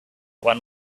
one